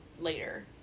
later